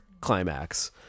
Climax